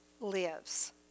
lives